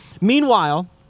Meanwhile